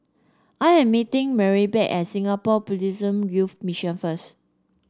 I am meeting Maribeth at Singapore Buddhist Youth Mission first